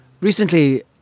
Recently